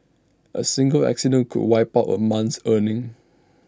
A single accident could wipe out A month's earnings